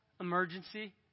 emergency